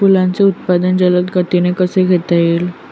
फुलांचे उत्पादन जलद गतीने कसे घेता येईल?